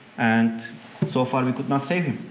and so far we could not save him.